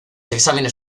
exámenes